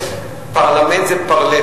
פרלמנט זה parler,